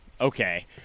okay